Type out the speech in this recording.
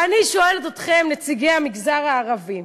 ואני שואלת אתכם, נציגי המגזר הערבי: